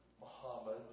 Muhammad